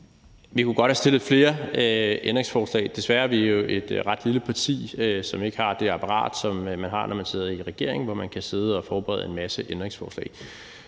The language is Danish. Vi kunne godt have stillet flere ændringsforslag. Desværre er vi jo et ret lille parti, som ikke har det apparat, som man har, når man sidder i regering, hvor man kan sidde og forberede en masse ændringsforslag.